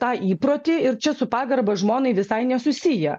tą įprotį ir čia su pagarba žmonai visai nesusiję